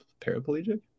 paraplegic